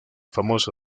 famoso